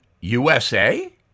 USA